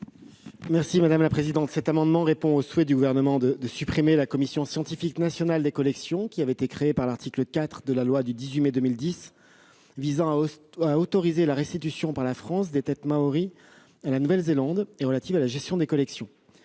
d'État. Le présent amendement répond au souhait du Gouvernement de supprimer la Commission scientifique nationale des collections, qui avait été créée par l'article 4 de la loi du 18 mai 2010 visant à autoriser la restitution par la France des têtes maories à la Nouvelle-Zélande et relative à la gestion des collections.